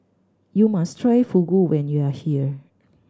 you must try Fugu when you are here